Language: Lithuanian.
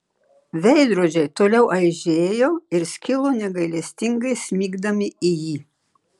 veidrodžiai toliau aižėjo ir skilo negailestingai smigdami į jį